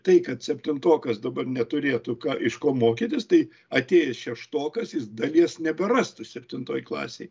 tai kad septintokas dabar neturėtų ką iš ko mokytis tai atėjęs šeštokas jis dalies neberastų septintoj klasėj